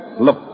Look